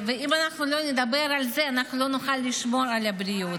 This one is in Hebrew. אם אנחנו לא נדבר על זה אנחנו לא נוכל לשמור על הבריאות.